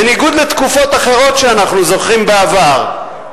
בניגוד לתקופות אחרות שאנחנו זוכרים בעבר,